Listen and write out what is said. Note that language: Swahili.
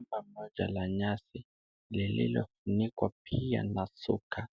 Nyumba moja la nyasi lililofunikwa pia na shuka.